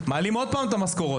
מעלים עוד פעם את המשכורות.